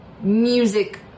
music